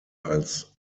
als